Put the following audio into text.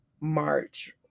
March